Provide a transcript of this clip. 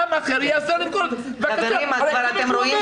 ייאסר למכור את זה לכל אדם אחר.